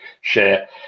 share